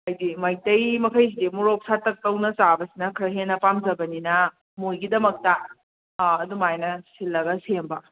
ꯑꯩꯈꯣꯏꯒꯤ ꯃꯩꯇꯩ ꯃꯈꯩꯁꯤꯗꯤ ꯃꯣꯔꯣꯛ ꯁꯥꯇꯛ ꯇꯧꯅ ꯆꯥꯕꯁꯤꯅ ꯈꯔ ꯍꯦꯟꯅ ꯄꯥꯝꯖꯕꯅꯤꯅ ꯃꯣꯏꯒꯤꯗꯃꯛꯇ ꯑꯗꯨꯃꯥꯏꯅ ꯁꯤꯜꯂꯒ ꯁꯦꯝꯕ